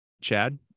Chad